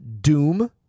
Doom